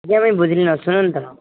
ଆଜ୍ଞା ମୁଁ ବୁଝିଲି ଶୁଣନ୍ତୁ